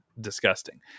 disgusting